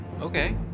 okay